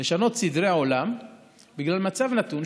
אי-אפשר לשנות סדרי עולם בגלל מצב נתון,